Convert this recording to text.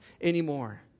anymore